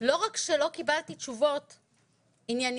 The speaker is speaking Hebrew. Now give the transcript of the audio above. לא רק שלא קיבלתי תשובות ענייניות,